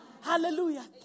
Hallelujah